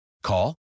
Call